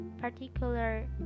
particular